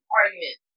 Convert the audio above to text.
argument